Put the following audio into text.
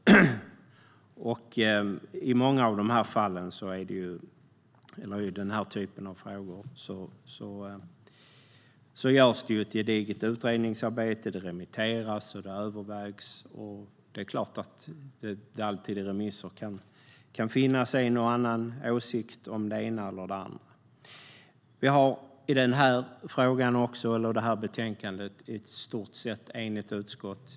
I många av de här frågorna görs det ett gediget utredningsarbete. Det remitteras och övervägs. Det är klart att det under remisser kan finnas en och annan åsikt om det ena eller det andra. Vi har bakom det här betänkandet ett i stort sett enigt utskott.